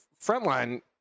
Frontline